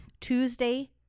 Tuesday